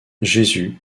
jésus